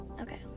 Okay